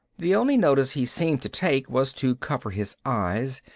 the only notice he seemed to take was to cover his eyes.